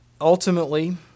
ultimately